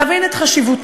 להבין את חשיבותה.